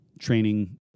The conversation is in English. training